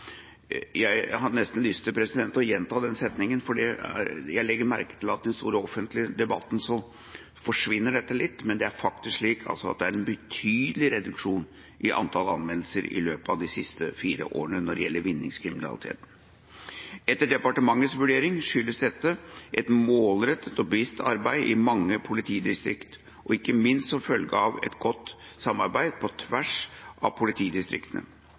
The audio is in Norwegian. Jeg hadde nesten lyst til å gjenta denne setninga, for jeg legger merke til at i den store offentlige debatten forsvinner dette litt. Men det er faktisk slik at det er en betydelig reduksjon i antall anmeldelser i løpet av de siste fire årene når det gjelder vinningskriminalitet. Etter departementets vurdering skyldes dette et målrettet og bevisst arbeid i mange politidistrikt, ikke minst som følge av et godt samarbeid på tvers av politidistriktene.